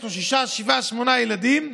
יש לו שישה, שבעה, שמונה ילדים,